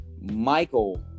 Michael